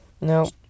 No